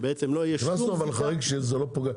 כך שבעצם לא תהיה שום זיקה --- הכנסנו חריג שזה לא פוגע.